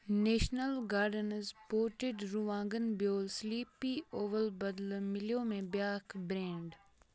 national gardens potted رُوانٛگَن بیول سِلیٖپی اوٚوٕل بدلہٕ مِلیو مےٚ بیٛاکھ برینڈ